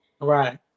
Right